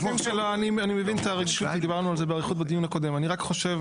אני מבין את הרגישות ודיברנו על זה באריכות בדיון הקודם אני רק חושב,